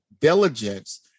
diligence